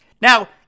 Now